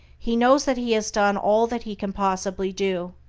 he knows that he has done all that he can possibly do,